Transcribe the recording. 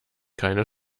keine